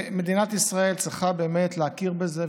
מדינת ישראל צריכה להכיר בזה,